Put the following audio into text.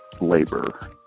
labor